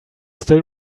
still